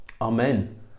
amen